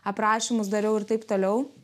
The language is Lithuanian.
aprašymus dariau ir taip toliau